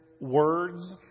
words